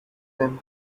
them